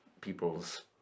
peoples